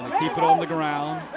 keep it on the ground.